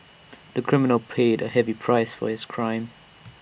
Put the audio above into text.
the criminal paid A heavy price for his crime